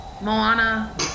Moana